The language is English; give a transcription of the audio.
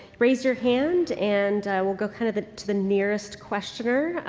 raise your hand and we'll go kind of to the nearest questioner.